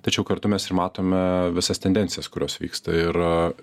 tačiau kartu mes ir matome visas tendencijas kurios vyksta ir